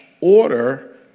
order